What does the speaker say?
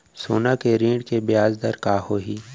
सोना के ऋण के ब्याज दर का होही?